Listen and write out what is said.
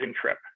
trip